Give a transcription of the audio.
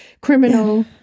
criminal